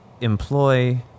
employ